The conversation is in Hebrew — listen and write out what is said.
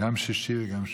גם שישי וגם שביעי.